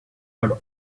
but